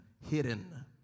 hidden